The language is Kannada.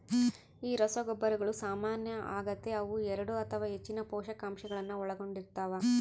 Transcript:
ಈ ರಸಗೊಬ್ಬರಗಳು ಸಾಮಾನ್ಯ ಆಗತೆ ಅವು ಎರಡು ಅಥವಾ ಹೆಚ್ಚಿನ ಪೋಷಕಾಂಶಗುಳ್ನ ಒಳಗೊಂಡಿರ್ತವ